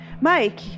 Mike